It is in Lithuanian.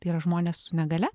tai yra žmonės su negalia